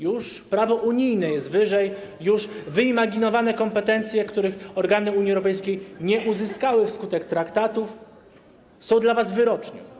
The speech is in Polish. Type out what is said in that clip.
Już prawo unijne jest wyżej, już wyimaginowane kompetencje, których organy Unii Europejskiej nie uzyskały wskutek traktatów, są dla was wyrocznią.